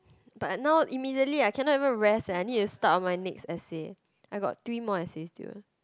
but now immediately I cannot even rest eh I need to start on my next essay I got three more essays due